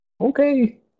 Okay